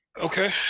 okay